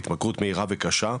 ההתמכרות מהירה וקשה,